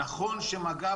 נכון שמג"ב,